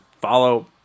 follow